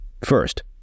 First